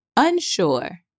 unsure